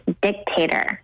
dictator